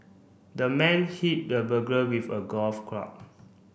the man hit the burglar with a golf club